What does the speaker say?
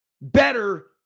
better